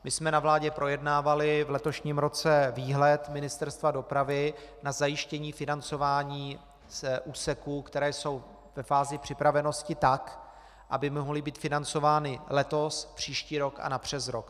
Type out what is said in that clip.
My jsme na vládě projednávali v letošním roce výhled Ministerstva dopravy na zajištění financování úseků, které jsou ve fázi připravenosti tak, aby mohly být financovány letos, příští rok a napřesrok.